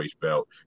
belt